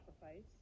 sacrifice